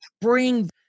bring